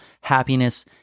Happiness